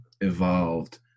evolved